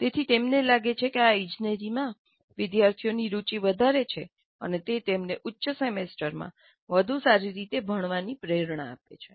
તેથી તેમને લાગે છે કે આ ઇજનેરીમાં વિદ્યાર્થીઓની રુચિ વધારે છે અને તે તેમને ઉચ્ચ સેમેસ્ટરમાં વધુ સારી રીતે ભણવાની પ્રેરણા આપે છે